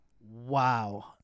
Wow